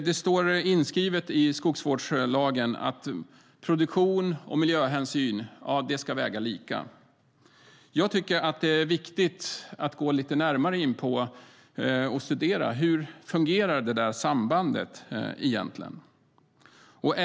Det står inskrivet i skogsvårdslagen att produktion och miljöhänsyn ska väga lika. Jag tycker att det är viktigt att gå lite närmare in på och studera hur det där sambandet egentligen fungerar.